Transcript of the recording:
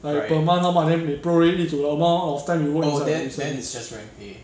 like per month lor but then they put it into an amount out of time you work in this industry